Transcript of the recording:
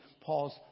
Paul's